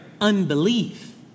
unbelief